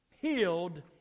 healed